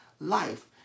life